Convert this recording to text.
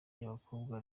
ry’abakobwa